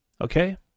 Okay